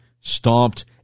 stomped